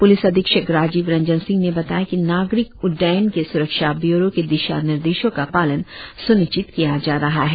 police अधीक्षक राजीव रंजन सिंह ने बताया कि नागरिक उड्डयन के स्रक्षा ब्यूरो के दिशा निर्देशों का पालन स्निश्चित किया जा रहा है